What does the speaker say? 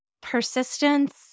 Persistence